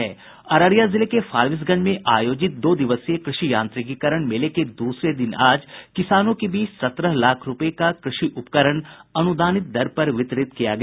अररिया जिले के फारबिसगंज में आयोजित दो दिवसीय कृषि यांत्रिकीकरण मेले के दूसरे दिन आज किसानों के बीच सत्रह लाख रूपये का कृषि उपकरण अनुदानित दर पर वितरित किया गया